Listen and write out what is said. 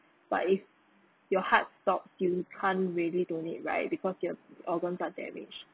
but if your heart stops you can't really donate right because your organs are damaged